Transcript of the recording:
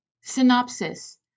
synopsis